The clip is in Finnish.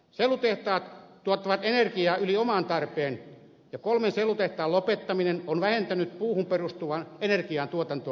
sellutehtaat tuottavat energiaa yli oman tarpeen ja kolmen sellutehtaan lopettaminen on vähentänyt puuhun perustuvaa energiantuotantoa suomessa